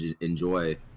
enjoy